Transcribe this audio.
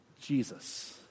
Jesus